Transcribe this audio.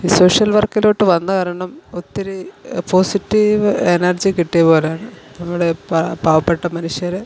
ഈ സോഷ്യൽ വർക്കിലോട്ട് വന്ന കാരണം ഒത്തിരി പോസിറ്റീവ് എനർജി കിട്ടിയ പോലാണ് നമ്മുടെ പ പാവപ്പെട്ട മനുഷ്യര്